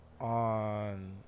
on